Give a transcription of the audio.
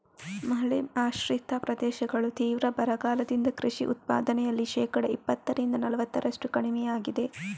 ಮಳೆ ಆಶ್ರಿತ ಪ್ರದೇಶಗಳು ತೀವ್ರ ಬರಗಾಲದಿಂದ ಕೃಷಿ ಉತ್ಪಾದನೆಯಲ್ಲಿ ಶೇಕಡಾ ಇಪ್ಪತ್ತರಿಂದ ನಲವತ್ತರಷ್ಟು ಕಡಿಮೆಯಾಗಿದೆ